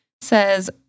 says